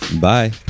Bye